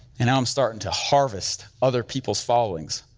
and i'm starting to harvest other people's followings,